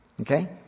okay